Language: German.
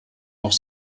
auch